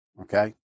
Okay